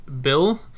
Bill